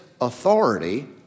authority